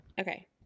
okay